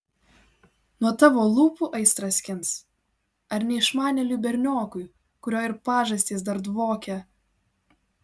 nuo tavo lūpų aistrą skins ar neišmanėliui berniokui kurio ir pažastys dar dvokia